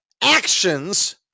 Actions